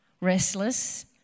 restless